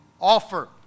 offer